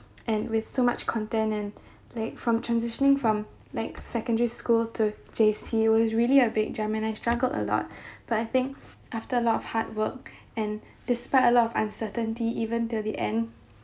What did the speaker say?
and with so much content and like from transitioning from like secondary school to J_C was really a big jump and I struggled a lot but I think after a lot of hard work and despite a lot of uncertainty even until the end